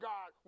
God